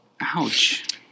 Ouch